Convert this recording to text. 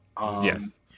Yes